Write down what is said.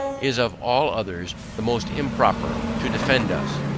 is of all others, the most improper to defend us.